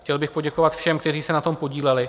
Chtěl bych poděkovat všem, kteří se na tom podíleli.